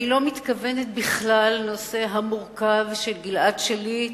אני לא מתכוונת בכלל לנושא המורכב של גלעד שליט